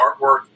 artwork